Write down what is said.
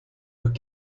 leurs